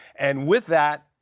and with that,